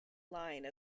line